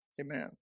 amen